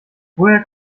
woher